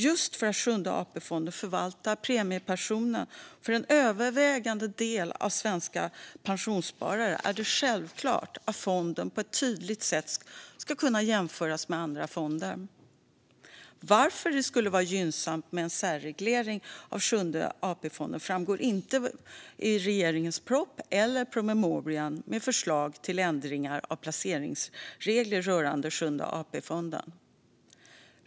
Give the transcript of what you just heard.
Just för att Sjunde AP-fonden förvaltar premiepensionen för en övervägande del av svenska pensionssparare är det självklart att fonden på ett tydligt sätt ska kunna jämföras med andra fonder. Varför det skulle vara gynnsamt med en särreglering av Sjunde AP-fonden framgår inte av regeringens proposition eller av promemorian med förslag till ändringar av placeringsregler rörande Sjunde AP-fonden.